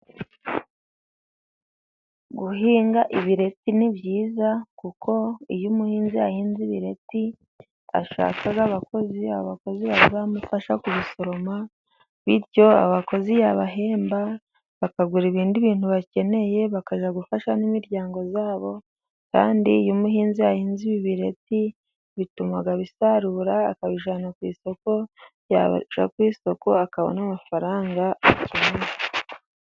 Guhinga ibireti ni byiza, kuko iyo umuhinzi yahinze ibireti ashaka abakozi, abakozi bazamufasha kubisoroma, bityo abakozi yabahemba bakagura ibindi bintu bakeneye, bakaza gufasha n'imiryango yabo, kandi iyo umuhinzi yahinze ibireti, bituma abisarura akabijyana ku isoko, yaca ku isoko akabona amafaranga.